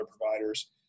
providers